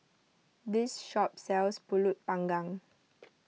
this shop sells Pulut Panggang